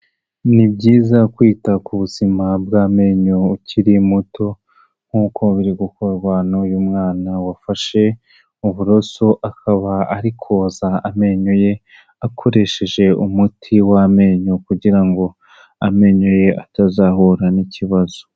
Ni byiza kwita ku buzima bw'amenyo ukiri muto nk'uko biri gukorwa n'uyu mwana wafashe uburoso akaba ari koza amenyo ye akoresheje umuti w'amenyo kugira ngo amenyo ye atazahura n'ikibazo.